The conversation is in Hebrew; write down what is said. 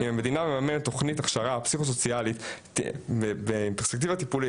אם המדינה מממנת תוכנית הכשרה פסיכוסוציאלית בפרספקטיבה טיפולית,